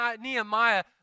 Nehemiah